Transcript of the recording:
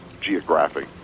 geographic